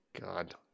God